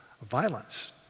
violence